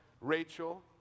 Rachel